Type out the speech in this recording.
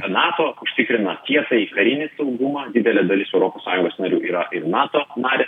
nato užtikrina tiesą į karinį saugumą didelė dalis europos sąjungos narių yra ir nato narės